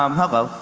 um hello.